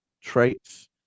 traits